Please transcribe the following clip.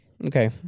Okay